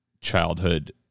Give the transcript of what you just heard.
childhood